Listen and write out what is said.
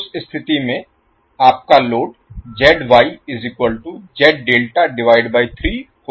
उस स्थिति में आपका लोड होगा